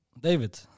David